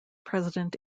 president